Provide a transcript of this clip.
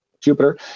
Jupiter